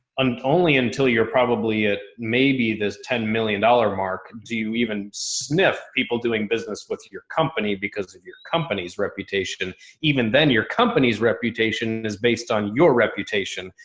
and only until you're probably at maybe this ten million dollars mark, do you even sniff people doing business with your company because of your company's reputation? even then, your company's reputation is based on your reputation.